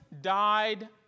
died